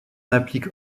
applique